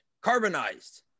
carbonized